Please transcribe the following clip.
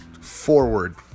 forward